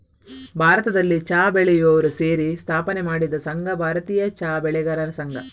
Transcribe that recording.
ಭಾರತದಲ್ಲಿ ಚಾ ಬೆಳೆಯುವವರು ಸೇರಿ ಸ್ಥಾಪನೆ ಮಾಡಿದ ಸಂಘ ಭಾರತೀಯ ಚಾ ಬೆಳೆಗಾರರ ಸಂಘ